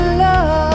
love